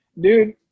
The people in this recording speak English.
Dude